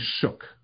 shook